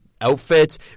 outfits